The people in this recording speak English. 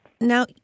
Now